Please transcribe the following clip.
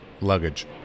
luggage